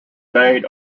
made